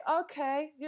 okay